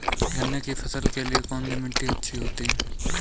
गन्ने की फसल के लिए कौनसी मिट्टी अच्छी होती है?